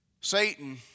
Satan